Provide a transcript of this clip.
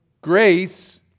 grace